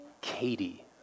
Katie